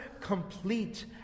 complete